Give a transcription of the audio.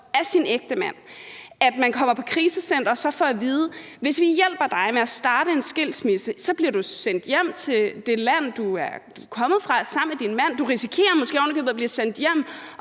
af sin ægtemand, at komme på krisecenter og så få at vide: Hvis vi hjælper dig med at indlede en skilsmisse, bliver du sendt hjem til det land, som du og din mand er kommet hertil fra; du risikerer måske ovenikøbet at blive sendt hjem,